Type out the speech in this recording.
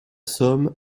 somme